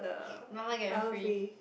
buy one get one free